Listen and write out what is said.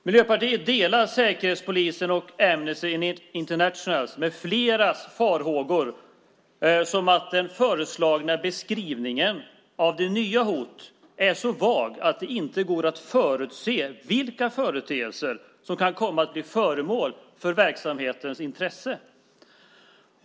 Miljöpartiet delar de farhågor som Säkerhetspolisen, Amnesty International med flera uttrycker - att den föreslagna beskrivningen av nya hot är så vag att det inte går att förutse vilka företeelser som kan komma att bli föremål för verksamhetens intresse.